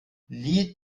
lied